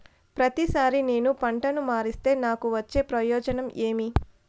ప్రతిసారి నేను పంటను మారిస్తే నాకు వచ్చే ప్రయోజనం ఏమి?